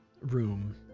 room